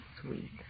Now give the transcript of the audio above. Sweet